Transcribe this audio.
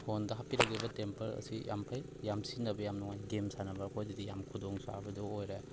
ꯐꯣꯟꯗ ꯍꯥꯞꯄꯤꯔꯛꯂꯤꯕ ꯇꯦꯝꯄꯔ ꯑꯁꯤ ꯌꯥꯝ ꯐꯩ ꯌꯥꯝ ꯁꯤꯖꯤꯟꯅꯕ ꯌꯥꯝ ꯅꯨꯡꯉꯥꯏ ꯒꯦꯝ ꯁꯥꯟꯅꯕ ꯑꯩꯈꯣꯏꯗꯗꯤ ꯌꯥꯝ ꯈꯨꯗꯣꯡꯆꯥꯕꯗꯨ ꯑꯣꯏꯔꯦ